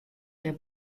der